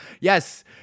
Yes